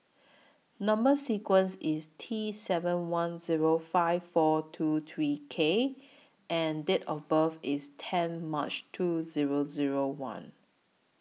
Number sequence IS T seven one Zero five four two three K and Date of birth IS ten March two Zero Zero one